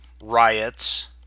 riots